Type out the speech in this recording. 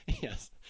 Yes